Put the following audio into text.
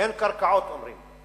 אין קרקעות, אומרים.